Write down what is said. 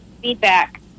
feedback